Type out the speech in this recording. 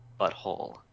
Butthole